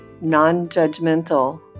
non-judgmental